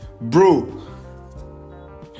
Bro